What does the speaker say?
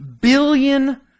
billion